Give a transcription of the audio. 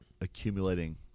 accumulating